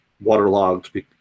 waterlogged